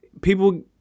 people